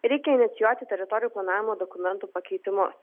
reikia inicijuoti teritorijų planavimo dokumentų pakeitimus